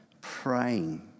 praying